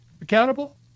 accountable